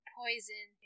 poison